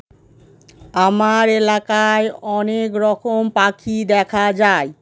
আমার এলাকায় অনেক রকম পাখি দেখা যায়